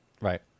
right